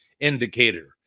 indicator